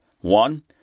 One